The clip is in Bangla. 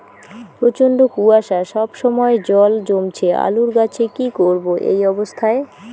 প্রচন্ড কুয়াশা সবসময় জল জমছে আলুর গাছে কি করব এই অবস্থায়?